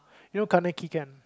you know Kaneki Ken